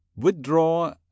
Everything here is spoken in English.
Withdraw